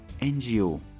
NGO